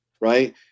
right